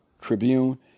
Tribune